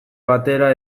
batera